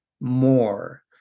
more